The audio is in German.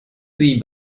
sie